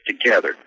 together